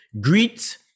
greet